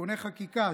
(תיקוני חקיקה),